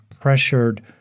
pressured